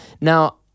Now